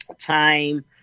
time